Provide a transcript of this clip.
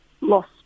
lost